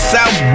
South